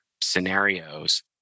scenarios